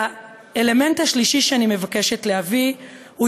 והאלמנט השלישי שאני מבקשת להביא הוא